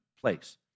place